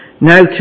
Now